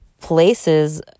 places